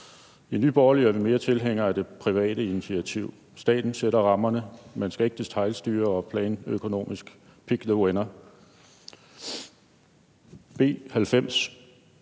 I Nye Borgerlige er vi mere tilhængere af det private initiativ. Staten sætter rammerne, men skal ikke detailstyre og planøkonomisk pick the winner. B 90